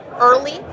early